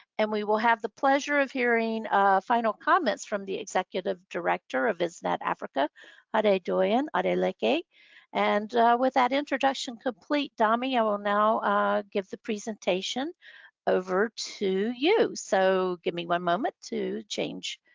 and we will have the pleasure of hearing final comments from the executive director of isnad-africa, adedoyin adeleke. and with that introduction complete, dami i will now give the presentation over to you. so give me one moment to change